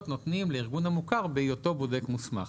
נותנים לארגון המוכר בהיותו בודק מוסמך.